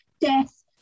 death